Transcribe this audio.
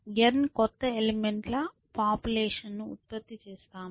n కొత్త element ల population ఉత్పత్తి చేస్తాము